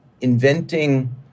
inventing